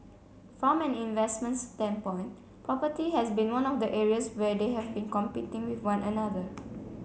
from an investment standpoint property has been one of the areas where they have been competing with one another